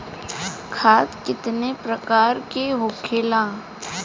खाद कितने प्रकार के होखेला?